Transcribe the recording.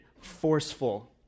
forceful